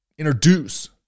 introduce